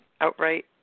outright